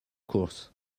course